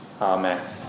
Amen